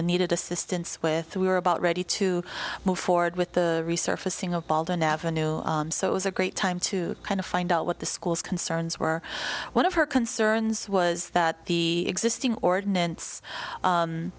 she needed assistance with we were about ready to move forward with the resurfacing of baldwin avenue so it was a great time to kind of find out what the school's concerns were one of her concerns was that the existing ordinance